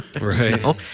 Right